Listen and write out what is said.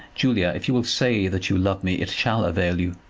julia, if you will say that you love me, it shall avail you.